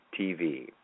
TV